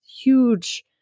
huge